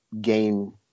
gain